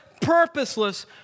purposeless